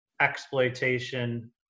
exploitation